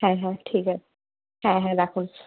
হ্যাঁ হ্যাঁ ঠিক আছে হ্যাঁ হ্যাঁ রাখুন